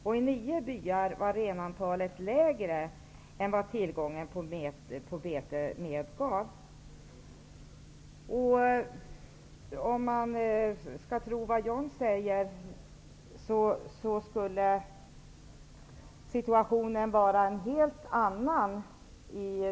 I 9 byar var renantalet lägre än vad tillgången på bete medgav. Om man skall tro vad John Andersson säger skulle situationen vara en helt annan.